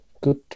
good